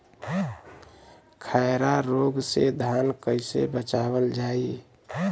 खैरा रोग से धान कईसे बचावल जाई?